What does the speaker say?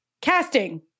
casting